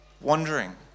wandering